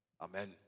Amen